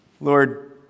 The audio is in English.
Lord